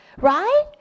right